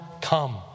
come